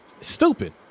Stupid